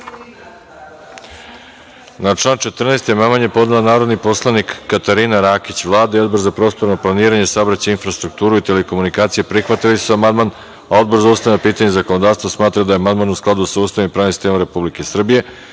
amandman je podnela narodni poslanik Katarina Rakić. Vlada i Odbor za prostorno planiranje, saobraćaj, infrastrukturu i telekomunikacije prihvatili su amandman. Odbor za ustavna pitanja i zakonodavstvo smatra da je amandman u skladu sa Ustavom i pravnim sistemom Republike